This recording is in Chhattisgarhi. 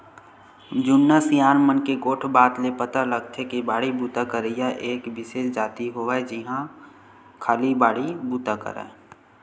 जुन्ना सियान मन के गोठ बात ले पता लगथे के बाड़ी बूता करइया एक बिसेस जाति होवय जेहा खाली बाड़ी बुता करय